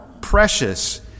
precious